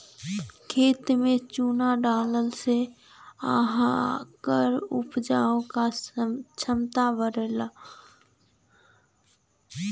खेत में चुना डलला से ओकर उपराजे क क्षमता बढ़ेला